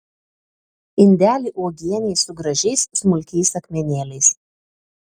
indelį uogienei su gražiais smulkiais akmenėliais